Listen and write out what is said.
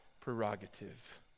prerogative